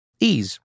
ease